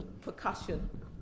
percussion